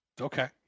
Okay